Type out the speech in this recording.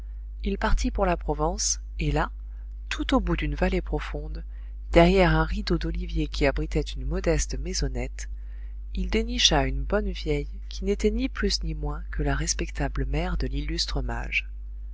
il partit pour la provence et là tout au bout d'une vallée profonde derrière un rideau d'oliviers qui abritaient une modeste maisonnette il dénicha une bonne vieille qui n'était ni plus ni moins que la respectable mère de l'illustre mage